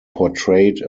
portrayed